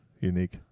unique